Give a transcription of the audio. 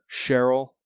Cheryl